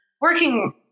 working